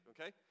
okay